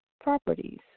properties